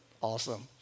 Awesome